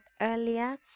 earlier